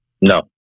No